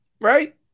Right